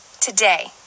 today